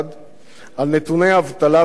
על נתוני אבטלה פיקטיביים,